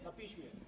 Na piśmie.